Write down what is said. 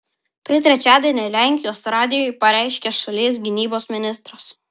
tai trečiadienį lenkijos radijui pareiškė šalies gynybos ministras